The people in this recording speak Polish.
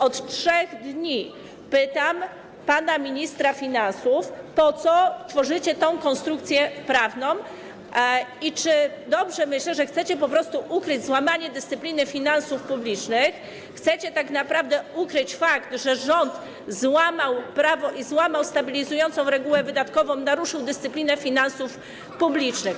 Od 3 dni pytam pana ministra finansów, po co tworzycie tę konstrukcję prawną i czy dobrze myślę, że chcecie po prostu ukryć złamanie dyscypliny finansów publicznych, chcecie tak naprawdę ukryć fakt, że rząd złamał prawo i złamał stabilizującą regułę wydatkową, naruszył dyscyplinę finansów publicznych.